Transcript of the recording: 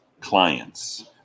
clients